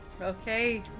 Okay